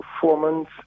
performance